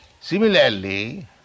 similarly